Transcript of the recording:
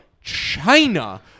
China